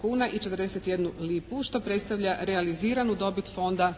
kuna i 41 lipu, što predstavlja realiziranu dobit Fonda